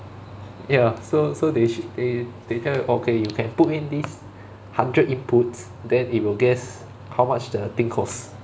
ya so so they they they tell you okay you can put in this hundred inputs then it will guess how much the thing cost